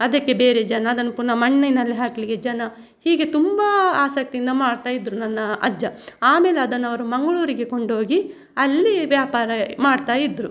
ಅದಕ್ಕೆ ಬೇರೆ ಜನ ಅದನ್ನು ಪುನಃ ಮಣ್ಣಿನಲ್ಲಿ ಹಾಕಲಿಕ್ಕೆ ಜನ ಹೀಗೆ ತುಂಬಾ ಆಸಕ್ತಿಯಿಂದ ಮಾಡ್ತಇದ್ದರು ನನ್ನ ಅಜ್ಜ ಆಮೇಲೆ ಅದನ್ನು ಅವರು ಮಂಗಳೂರಿಗೆ ಕೊಂಡೋಗಿ ಅಲ್ಲಿ ವ್ಯಾಪಾರ ಮಾಡ್ತಾ ಇದ್ದರು